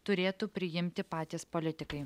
turėtų priimti patys politikai